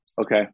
Okay